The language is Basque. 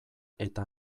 eta